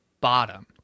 bottom